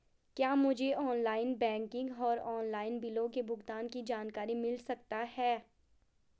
क्या मुझे online banking और ऑनलाइन बिलों के भुगतान की जानकारी मिल सकता है?